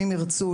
אם ירצו,